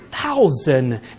thousand